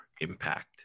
impact